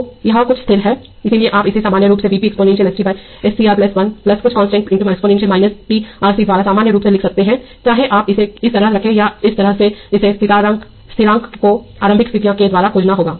तो यह कुछ स्थिर है इसलिए आप इसे सामान्य रूप से V p exponential st by SCR 1 कुछ कांस्टेंट × एक्सपोनेंशियल t RC द्वारा सामान्य रूप से लिख सकते हैं चाहे आप इसे इस तरह रखें या इस तरह से इस स्थिरांक को आरंभिक स्थितियां के द्वारा खोजना होगा